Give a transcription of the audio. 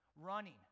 Running